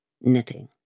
knitting